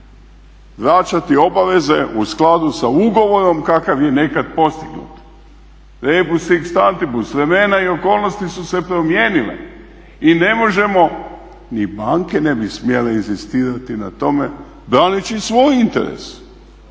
vraćati obaveze u skladu sa ugovorom kakav je nekad postignut. Rebus sic stantibus vremena i okolnosti su se promijenile i ne možemo ni banke ne bi smjele inzistirati na tome braneći svoj interes